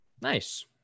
Nice